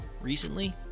Recently